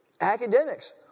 Academics